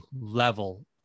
level